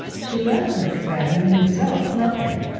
she left mcfadden himself nothing,